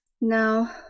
Now